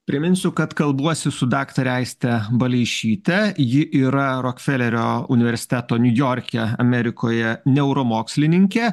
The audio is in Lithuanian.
priminsiu kad kalbuosi su daktare aiste baleišyte ji yra rokfelerio universiteto niujorke amerikoje neuromokslininkė